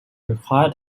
required